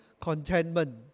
contentment